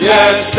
Yes